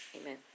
Amen